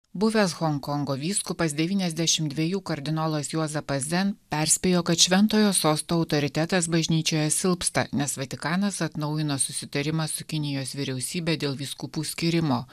buvęs honkongo vyskupas devyniasdešimt dviejų kardinolas juozapas zen perspėjo kad šventojo sosto autoritetas bažnyčioje silpsta nes vatikanas atnaujino susitarimą su kinijos vyriausybe dėl vyskupų skyrimo